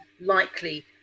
likely